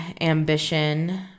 Ambition